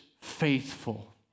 faithful